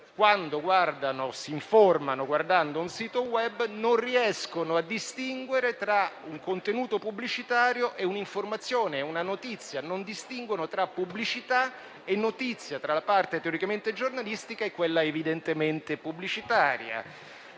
quando si informano guardando un sito *web* non riescono a distinguere tra un contenuto pubblicitario e un'informazione, una notizia. Non distinguono tra pubblicità e notizia, tra la parte teoricamente giornalistica e quella evidentemente pubblicitaria.